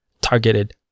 targeted